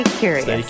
curious